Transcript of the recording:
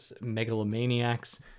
megalomaniacs